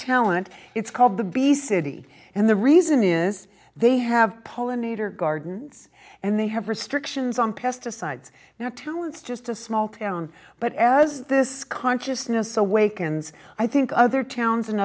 talent it's called the bee city and the reason is they have poa nader gardens and they have restrictions on pesticides now talent's just a small town but as this consciousness awakens i think other towns and